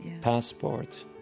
passport